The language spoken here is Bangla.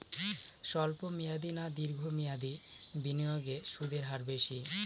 স্বল্প মেয়াদী না দীর্ঘ মেয়াদী বিনিয়োগে সুদের হার বেশী?